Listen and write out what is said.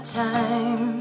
time